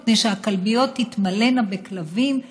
מפני שהכלביות תתמלאנה בכלבים,